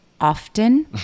often